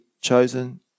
chosen